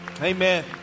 Amen